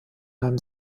nahm